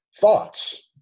Thoughts